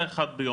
אחד ביום.